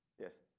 yes.